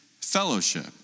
Fellowship